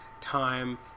time